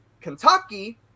Kentucky